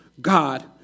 God